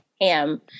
ham